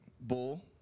Bull